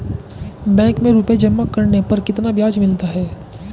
Bank में रुपये जमा करने पर कितना ब्याज मिलता है?